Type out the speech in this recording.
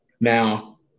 Now